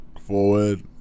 forward